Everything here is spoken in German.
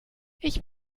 ich